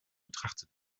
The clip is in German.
betrachtet